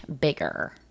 bigger